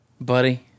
buddy